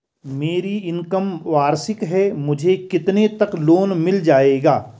मेरी इनकम वार्षिक है मुझे कितने तक लोन मिल जाएगा?